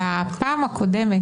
כן, תודה רבה,